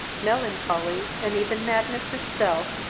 melancholy, and even madness itself,